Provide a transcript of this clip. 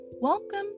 Welcome